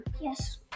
Yes